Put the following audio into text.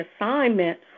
assignment